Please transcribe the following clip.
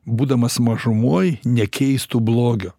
būdamas mažumoj nekeistų blogio